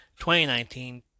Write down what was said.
2019